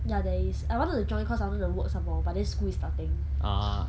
ya there is I wanted to join cause I want to work some more but then school is starting